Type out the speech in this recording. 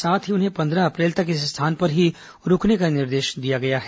साथ ही उन्हें पंद्रह अप्रैल तक इस स्थान पर ही रूकने का निर्देश दिया गया है